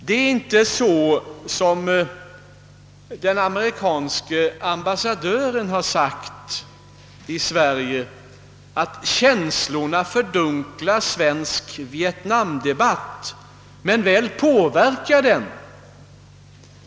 Det är inte så som den amerikanske ambassadören i Sverige har sagt, att känslorna fördunklar svensk vietnamdebatt; men väl påverkar de den.